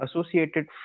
associated